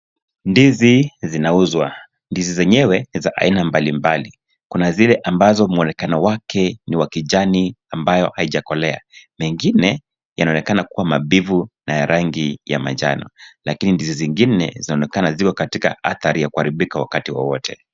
Ndizi zinauzwa. Ndizi zenyewe ni za aina mbali mbali. Kuna zile ambazo mwonekano wake ni wa kijani ambayo haijakolea. Mengine yanaonekana kua mabivu na ya rangi ya manjano. Lakini ndizi zingine zinaonekana ziko katika athari ya kuharibika wakati wowote.